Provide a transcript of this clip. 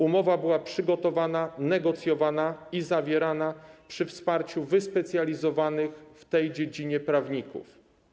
Umowa była przygotowana, negocjowana i zawierana przy wsparciu wyspecjalizowanych w tej dziedzinie prawników.